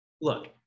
look